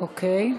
אוקיי.